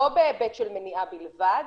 לא בהיבט של מניעה בלבד,